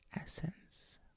essence